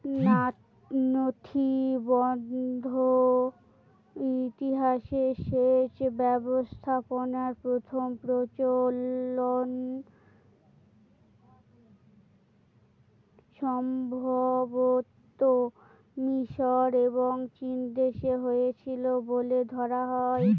নথিবদ্ধ ইতিহাসে সেচ ব্যবস্থাপনার প্রথম প্রচলন সম্ভবতঃ মিশর এবং চীনদেশে হয়েছিল বলে ধরা হয়